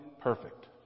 perfect